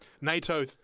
NATO